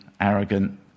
arrogant